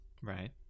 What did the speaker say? Right